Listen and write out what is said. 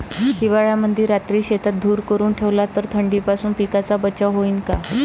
हिवाळ्यामंदी रात्री शेतात धुर करून ठेवला तर थंडीपासून पिकाचा बचाव होईन का?